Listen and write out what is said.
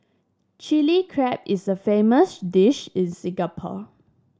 Chilli Crab is a famous dish in Singapore